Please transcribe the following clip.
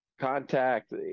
contact